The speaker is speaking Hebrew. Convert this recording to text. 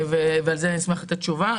על זה אני אשמח לקבל תשובה.